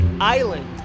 Island